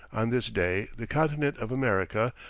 on this day the continent of america,